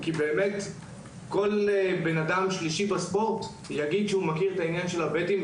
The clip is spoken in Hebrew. כי באמת כל אדם שלישי בספורט יגיד שהוא מכיר את העניין של ה"בטים".